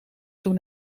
toen